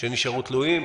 שנשארו תלויים.